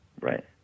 Right